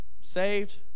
saved